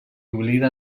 oblida